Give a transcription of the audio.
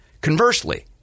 Conversely